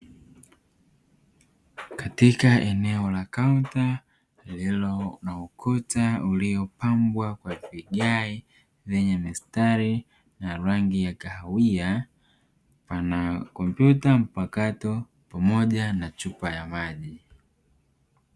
Katika eneo la kaunta lililo na ukuta uliopangwa kwenye vigae vyenye mistari ya rangi ya kahawia, pana kompyuta mpakato pamoja na chupa ya maji.